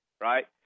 right